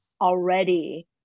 already